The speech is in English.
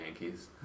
Yankees